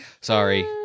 Sorry